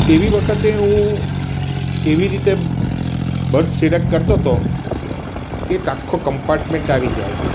તેવી વખતે હું એવી રીતે બર્થ સિલેક્ટ કરતો તો કે એક આખો કંપાર્ટ્મેન્ટ આવી જાય